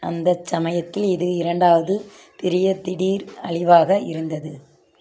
அந்தச் சமயத்தில் இது இரண்டாவது பெரிய திடீர் அழிவாக இருந்தது